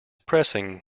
pressing